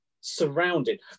surrounded